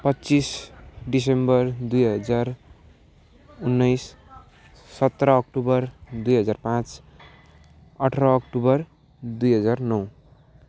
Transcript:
पच्चिस दिसम्बर दुई हजार उन्नाइस सत्र अक्टोबर दुई हजार पाँच अठार अक्टोबर दुई हजार नौ